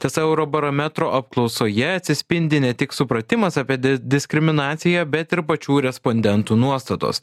tiesa eurobarometro apklausoje atsispindi ne tik supratimas apie diskriminaciją bet ir pačių respondentų nuostatos